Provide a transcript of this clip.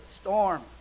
storm